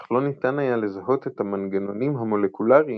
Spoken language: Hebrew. אך לא ניתן היה לזהות את המנגנונים המולקולריים,